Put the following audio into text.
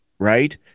Right